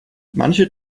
manche